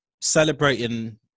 celebrating